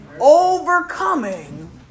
Overcoming